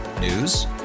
News